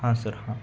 हां सर हां